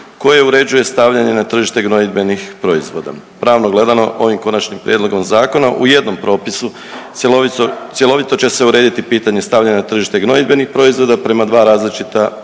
koje uređuje stavljanje na tržište gnojidbenih proizvoda. Pravno gledano ovim konačnim prijedlogom zakona u jednom propisu cjelovito će se urediti pitanje stavljanja na tržište gnojidbenih proizvoda prema dva različita principa,